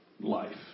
life